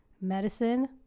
medicine